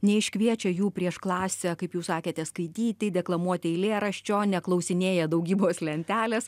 neiškviečia jų prieš klasę kaip jūs sakėte skaityti deklamuoti eilėraščio neklausinėja daugybos lentelės